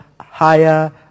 higher